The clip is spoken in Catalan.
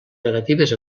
negatives